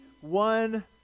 One